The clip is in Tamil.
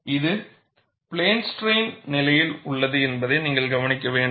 இது பிளேன் ஸ்ட்ரைன் நிலையில் உள்ளது என்பதை நீங்கள் கவனிக்க வேண்டும்